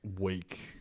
week